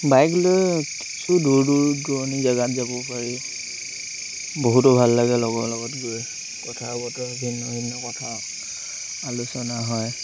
bike লৈ কিছু দূৰ দূৰ দূৰণি জেগাত যাব পাৰি বহুতো ভাল লাগে লগৰ লগত গৈ কথা বতৰা ভিন্ন ভিন্ন কথা আলোচনা হয়